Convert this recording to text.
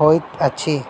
होइत अछि